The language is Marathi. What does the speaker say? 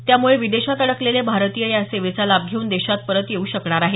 त्यामुळे विदेशात अडकलेले भारतीय या सेवेचा लाभ घेऊन देशात परत येऊ शकणार आहेत